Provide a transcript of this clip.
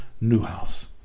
Newhouse